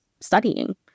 studying